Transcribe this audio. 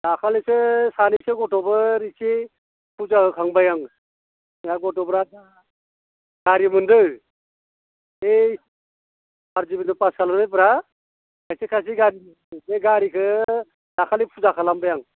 दाखालिसो सानैसो गथ'फोर इसि फुजा होखांबाय आं जोंना गथ'फ्रा गारि मोनदों बे थारदिबिसनाव फास खालामनायफोरा सासे सासे बे गारिखो दाखालै फुजा खालामबाय आं